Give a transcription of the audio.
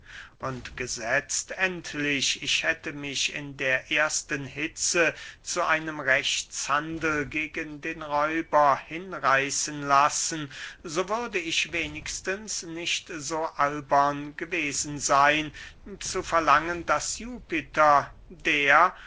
und gesetzt endlich ich hätte mich in der ersten hitze zu einem rechtshandel gegen den räuber hinreißen lassen so würde ich wenigstens nicht so albern gewesen seyn zu verlangen daß jupiter der